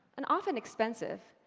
and often expensive,